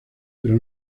pero